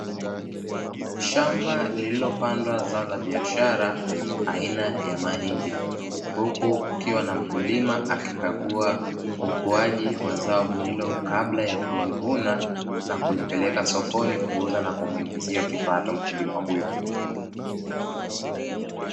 Shamba lililopandwa zao la biashara aina ya mahindi, huku kukiwa na mkulima akikagua ukuaji wa zao hilo kabla ya kulivuna na kulipeleka sokoni na kumuingizia kipato mkulima huyo.